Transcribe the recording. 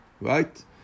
right